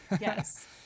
Yes